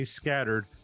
scattered